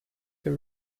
her